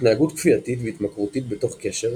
התנהגות כפייתית והתמכרותית בתוך קשר,